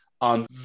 on